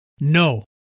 No